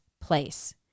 place